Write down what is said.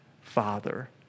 father